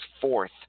fourth